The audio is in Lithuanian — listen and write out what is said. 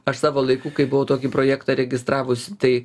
aš savo laiku kai buvau tokį projektą registravusi tai